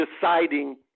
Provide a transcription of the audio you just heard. deciding